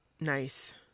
Nice